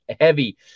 heavy